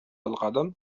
القدم